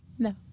No